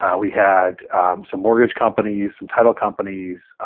ah we had some mortgage companies, some title companies,